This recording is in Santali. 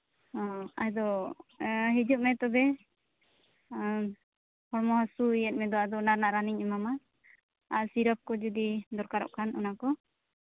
ᱚ ᱟᱫᱚ ᱦᱤᱡᱩᱜ ᱢᱮ ᱛᱚᱵᱮ ᱦᱚᱲᱢᱚ ᱦᱟᱹᱥᱩᱭᱮᱫ ᱢᱮᱫᱚ ᱟᱫᱚ ᱚᱱᱟ ᱨᱮᱱᱟᱜ ᱨᱟᱱᱤᱧ ᱮᱢᱟᱢᱟ ᱟᱨ ᱥᱤᱨᱟᱹᱯ ᱠᱚ ᱡᱩᱫᱤ ᱫᱚᱨᱠᱟᱨᱚᱜ ᱠᱷᱟᱱ ᱚᱱᱟ ᱠᱚ